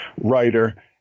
writer